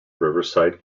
riverside